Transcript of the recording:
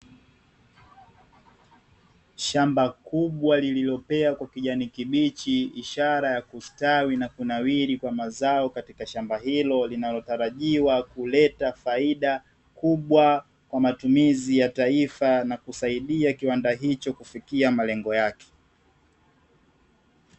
Shamba kubwa lililopea kwa kijani kibichi ishara ya kustawi na kunawili kwa mazao katika shamba hilo linalotarajiwa kuleta faida kubwa kwa matumizi ya taifa na kusaidia kiwanda hicho kufikia malengo yake.